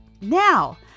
Now